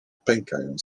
pękają